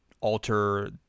alter